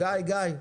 די, גיא.